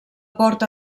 porta